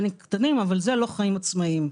אבל זה לא חיים עצמאיים.